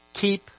Keep